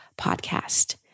podcast